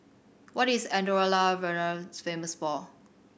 what is Andorra La Vella famous for